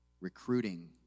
Recruiting